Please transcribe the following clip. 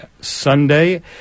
Sunday